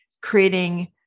creating